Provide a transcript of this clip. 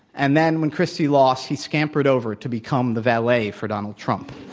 and then, when christie lost, he scampered over to become the valet for donald trump.